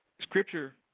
Scripture